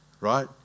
right